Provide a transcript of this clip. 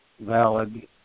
valid